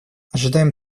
ожидаем